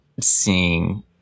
seeing